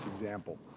example